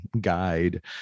guide